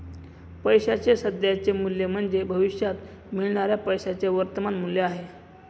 पैशाचे सध्याचे मूल्य म्हणजे भविष्यात मिळणाऱ्या पैशाचे वर्तमान मूल्य आहे